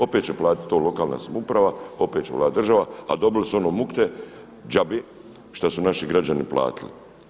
Opet će platiti to lokalna samouprava, opet će platiti država, a dobili su ono mukte, džabe, što su naši građani platili.